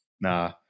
nah